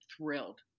thrilled